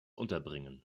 unterbringen